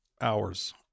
hours